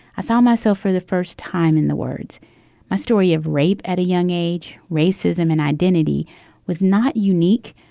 i saw myself for the first time in the words my story of rape at a young age. racism and identity was not unique,